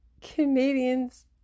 Canadians